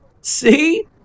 See